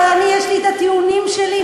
אבל לי יש טיעונים שלי,